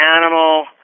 animal